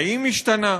האם השתנה?